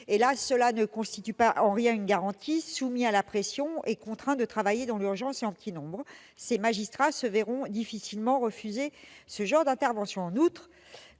cela ne constitue en rien une garantie. Soumis à la pression et contraints de travailler dans l'urgence et en petit nombre, ces magistrats se verront difficilement refuser ce genre d'intervention. En outre,